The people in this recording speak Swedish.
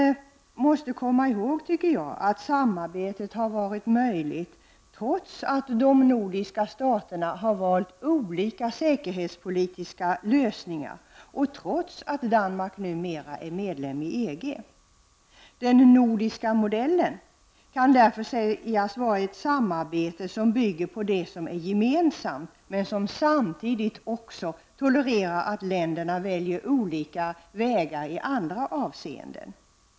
Man måste komma ihåg att detta samarbete varit möjligt, trots att de nordiska staterna valt olika säkerhetspolitiska lösningar och trots att Danmark numera är medlem i EG. Den nordiska modellen kan därför sägas vara ett samarbete som bygger på det som är gemensamt men som samtidigt också tolererar att länderna väljer olika vägar i andra avseenden.